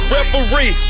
Referee